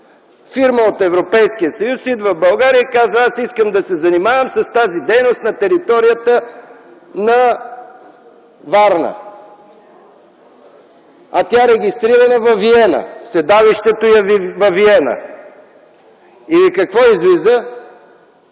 Фирма от Европейския съюз идва в България и казва: „аз искам да се занимавам с тази дейност на територията на Варна”, а тя е регистрирана във Виена, седалището й е във Виена. Какво излиза?